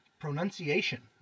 pronunciation